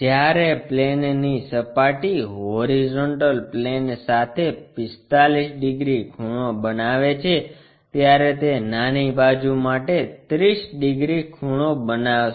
જ્યારે પ્લેનની સપાટી HP સાથે 45 ડિગ્રી ખૂણો બનાવે છે ત્યારે તે નાની બાજુ માટે 30 ડિગ્રી ખૂણો બનાવશે